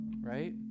right